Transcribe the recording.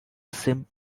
seems